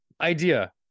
Idea